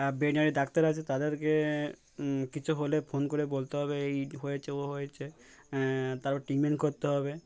আর veterinary doctor আছে তাদেরকে কিছু হলে ফোন করে বলতে হবে এই হয়েছে ও হয়েছে তারও ট্রিটমেন্ট করতে হবে